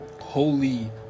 holy